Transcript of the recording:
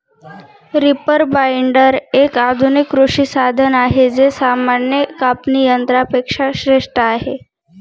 reaper binder, एक आधुनिक कृषी साधन आहे जे सामान्य कापणी यंत्रा पेक्षा श्रेष्ठ आहे